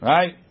Right